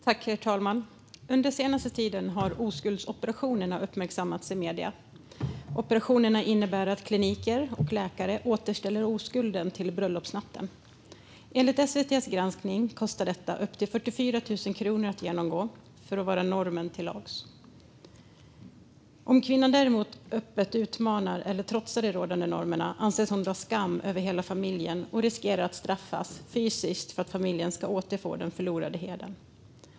Herr talman! Under den senaste tiden har oskuldsoperationerna uppmärksammats i medierna. Operationerna innebär att kliniker och läkare återställer oskulden till bröllopsnatten. Enligt SVT:s granskning kostar det upp till 44 000 kronor att genomgå en sådan operation för att vara normen till lags. Om kvinnan däremot öppet utmanar eller trotsar de rådande normerna anses hon dra skam över hela familjen och riskerar att straffas fysiskt för att familjen ska återfå den förlorade hedern.